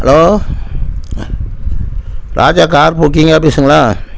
hello Raja car booking ஆஃபிஸுங்களா